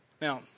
Now